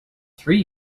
three